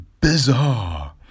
bizarre